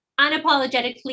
Unapologetically